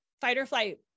fight-or-flight